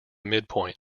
midpoint